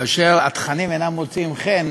כאשר התכנים אינם מוצאים חן